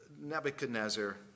Nebuchadnezzar